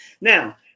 Now